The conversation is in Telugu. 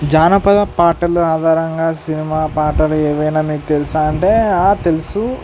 జానపద పాటలు ఆధారంగా సినిమా పాటలు ఏమైనా మీకు తెలుసా అంటే తెలుసు